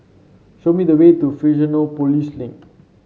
show me the way to Fusionopolis Link